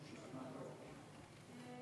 כבוד